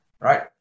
right